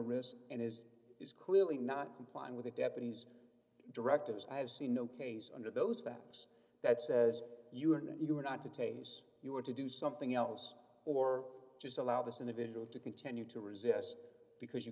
wrist and is is clearly not complying with the deputy's directives i have seen no case under those facts that says you are not you are not to tase you were to do something else or just allow this individual to continue to resist because you